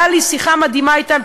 הייתה לי שיחה מדהימה אתם,